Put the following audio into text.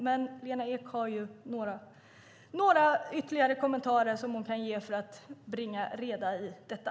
Men Lena Ek kan ge några ytterligare kommentarer för att bringa reda i detta.